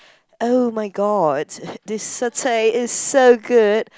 oh-my-god this satay is so good